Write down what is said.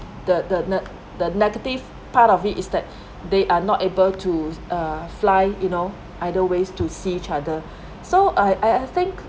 the the ne~ the negative part of it is that they are not able to uh fly you know either ways to see each other so I I think